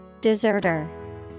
Deserter